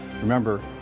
Remember